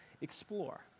explore